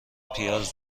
پیاز